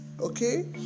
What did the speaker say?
Okay